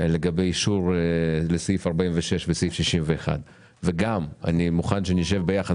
לגבי אישור בסעיף 46 ובסעיף 61 וגם אני מוכן שנשב ביחד